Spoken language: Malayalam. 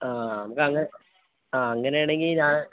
ആ നമുക്കങ്ങനെ ആ അങ്ങനെയാണെങ്കിൽ ഞാൻ